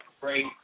great